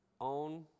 own